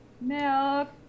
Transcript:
Milk